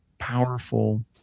powerful